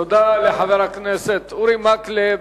תודה לחבר הכנסת אורי מקלב.